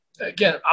again